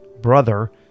brother